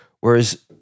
Whereas